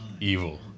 evil